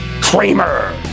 Kramer